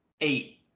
Eight